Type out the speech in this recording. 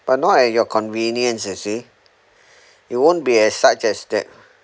but not at your convenience is it it won't be as such as that